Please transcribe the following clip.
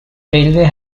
railway